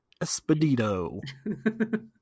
Espedito